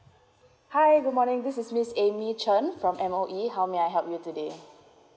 hi good morning this is miss amy chen from M_O_E how may I help you today